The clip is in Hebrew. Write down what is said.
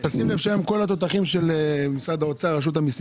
תשים לב שהיום כל התותחים של משרד האוצר מגיעים.